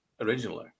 originally